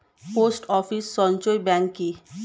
Post office সঞ্চয় bank কি?